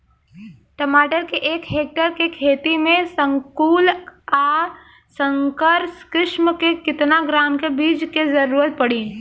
टमाटर के एक हेक्टेयर के खेती में संकुल आ संकर किश्म के केतना ग्राम के बीज के जरूरत पड़ी?